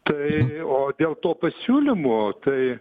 tai o dėl to pasiūlymo tai